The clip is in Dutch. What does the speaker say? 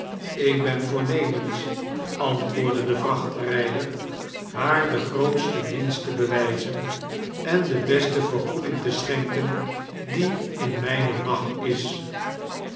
ik ben voomernens antwoordde de vrachtrijder haar den grootsten dianst te bewijzen en de beste vergoeding te schenken die in mijne macht is